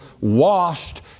washed